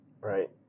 Right